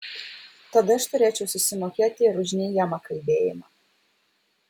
tada aš turėčiau susimokėti ir už neigiamą kalbėjimą